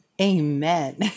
amen